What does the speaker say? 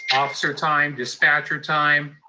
officer time, dispatcher time,